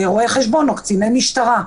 רואי חשבון או קציני משטרה.